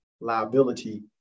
liability